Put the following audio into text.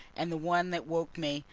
and the one that woke me,